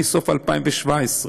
מסוף 2017,